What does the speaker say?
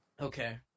Okay